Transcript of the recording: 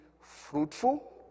fruitful